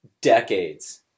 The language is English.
decades